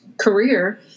career